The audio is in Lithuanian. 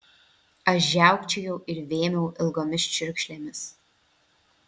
aš žiaukčiojau ir vėmiau ilgomis čiurkšlėmis